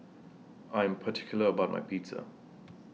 I Am particular about My Pizza